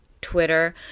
twitter